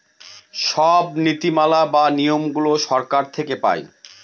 সব নীতি মালা বা নিয়মগুলো সরকার থেকে পায়